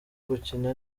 gukina